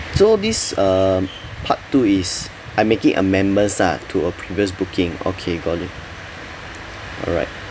so this um part two is I'm making amendments ah to a previous booking okay got it alright